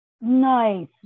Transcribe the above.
Nice